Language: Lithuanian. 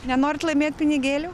nenorit laimėti pinigėlių